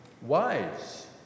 wise